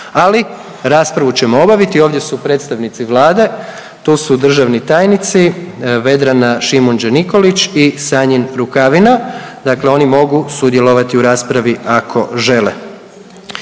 ali raspravu ćemo obaviti, ovdje su predstavnici Vlade, tu su državni tajnici, Vedrana Šimundža-Nikolić i Sanjin Rukavina. Dakle oni mogu sudjelovati u raspravi ako žele.